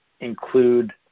include